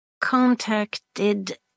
contacted